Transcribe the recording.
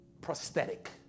prosthetic